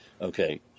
okay